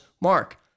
Mark